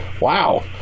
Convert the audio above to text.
wow